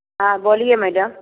हाँ बोलिए मैडम